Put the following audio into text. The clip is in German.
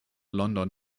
london